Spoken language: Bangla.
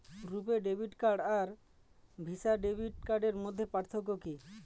রূপে ডেবিট কার্ড আর ভিসা ডেবিট কার্ডের মধ্যে পার্থক্য কি?